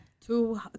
Two